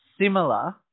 similar